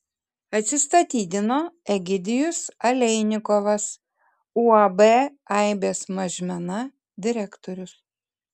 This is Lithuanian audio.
atsistatydino egidijus aleinikovas uab aibės mažmena direktorius